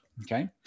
okay